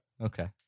Okay